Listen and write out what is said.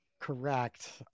correct